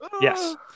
Yes